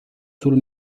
sul